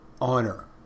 honor